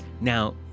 Now